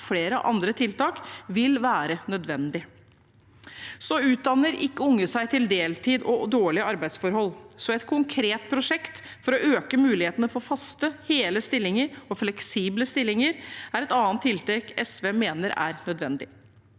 flere andre tiltak, vil derfor være nødvendig. Unge utdanner seg ikke til deltid og dårlige arbeidsforhold, så et konkret prosjekt for å øke mulighetene for faste, hele og fleksible stillinger er et annet tiltak SV mener er nødvendig.